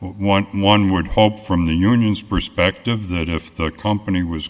one and one would hope from the union's perspective that if the company was